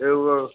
औ औ